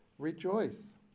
Rejoice